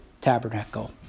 tabernacle